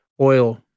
oil